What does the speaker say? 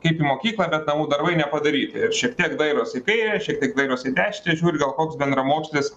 kaip į mokyklą bet namų darbai nepadaryti ir šiek tiek dairosi į kairę šiek tiek dairosi į dešinę žiūri gal koks bendramokslis